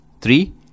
Three